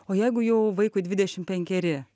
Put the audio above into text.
o jeigu jau vaikui dvidešimt penkeri